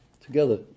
together